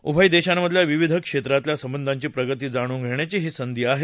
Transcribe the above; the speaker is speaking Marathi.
उभय देशांमधल्या विविध क्षेत्रातल्या संबंधांची प्रगती जाणून घेण्याची ही संधी आहे